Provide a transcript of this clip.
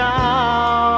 now